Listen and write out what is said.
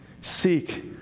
Seek